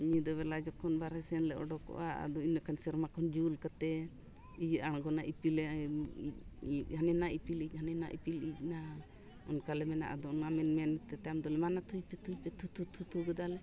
ᱧᱤᱫᱟᱹ ᱵᱮᱞᱟ ᱡᱚᱠᱷᱚᱱ ᱵᱟᱨᱦᱮ ᱥᱮᱱ ᱞᱮ ᱚᱰᱚᱠᱚᱜᱼᱟ ᱟᱫᱚ ᱤᱱᱟᱹᱠᱷᱟᱱ ᱥᱮᱨᱢᱟ ᱠᱷᱚᱱ ᱡᱩᱞ ᱠᱟᱛᱮ ᱤᱭᱟᱹ ᱟᱬᱜᱚᱱᱟ ᱤᱯᱤᱞᱮ ᱤᱡ ᱦᱟᱱᱮᱱᱟ ᱤᱯᱤᱞ ᱤᱡ ᱦᱟᱱᱮᱱᱟ ᱤᱯᱤᱞ ᱤᱡ ᱱᱟ ᱚᱱᱠᱟ ᱞᱮ ᱢᱮᱱᱟ ᱟᱫᱚ ᱚᱱᱟ ᱢᱮᱱᱛᱮ ᱛᱟᱭᱚᱢ ᱫᱚᱞᱮ ᱢᱟᱛᱩᱭ ᱯᱮ ᱛᱷᱩᱭ ᱯᱮ ᱛᱷᱩᱛᱩ ᱛᱷᱩᱛᱩ ᱜᱚᱫᱟᱞᱮ